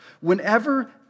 whenever